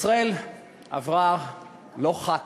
ישראל עברה לא אחת